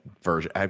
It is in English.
version